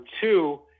two